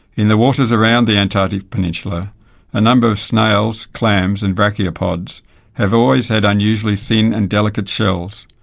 in the waters around the antarctic peninsula a number of snails, clams and brachiopods have always had unusually thin and delicate shells,